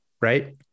right